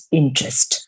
interest